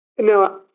No